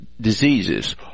diseases